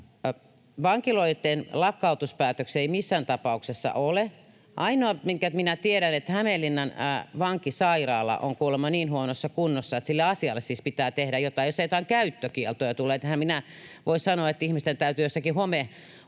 Vankiloitten lakkautuspäätöksiä ei missään tapauksessa ole. Ainoa, minkä minä tiedän, on se, että Hämeenlinnan vankisairaala on kuulemma niin huonossa kunnossa, että sille asialle siis pitää tehdä jotain. Jos siellä jotain käyttökieltoja tulee... Enhän minä voi sanoa, että ihmisten täytyy jossakin homeisessa